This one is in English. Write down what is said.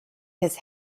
his